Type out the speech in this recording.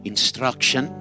instruction